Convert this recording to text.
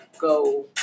go